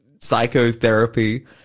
psychotherapy